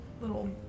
little